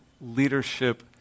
leadership